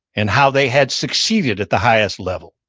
and how they had succeeded at the highest level.